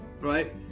right